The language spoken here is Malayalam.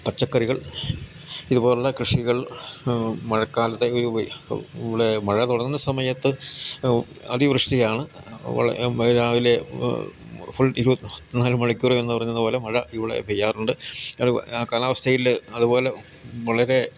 പച്ചക്കറികൾ ഇതുപോലെയുള്ള കൃഷികൾ മഴക്കാലത്തെ ഇവിടെ മഴ തുടങ്ങുന്ന സമയത്ത് അതിവൃഷ്ടിയാണ് രാവിലെ ഫുൾ ഇരുപത്തിനാല് മണിക്കൂർ എന്നു പറയുന്നതുപോലെ മഴ ഇവിടെ പെയ്യാറുണ്ട് ആ കാലാവസ്ഥയിൽ അതുപോലെ വളരെ